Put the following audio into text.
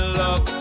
love